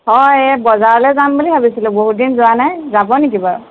হয় এই বজাৰলৈ যাম বুলি ভাবিছিলোঁ বহুত দিন যোৱা নাই যাব নেকি বাৰু